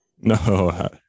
No